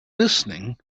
listening